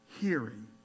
Hearing